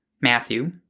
Matthew